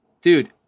Dude